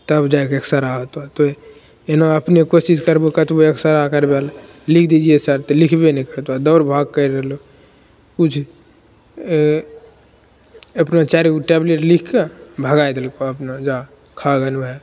तब जाइके एक्सरे होतो फेर एना अपनो कोशिश करबो कतबो एक्सरे करबा लै लिख दीजिए सर तऽ लिखबे नहि करतो दौड़ भाग करि रहलो किछु एतने चारि गो टैबलेट लिखके भगाए देलको अपना जाऽ खा भेल ओहए